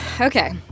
Okay